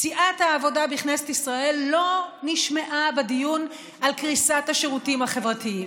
סיעת העבודה בכנסת ישראל לא נשמעה בדיון על קריסת השירותים החברתיים.